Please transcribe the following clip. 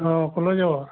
অ কলৈ যাব